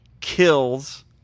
kills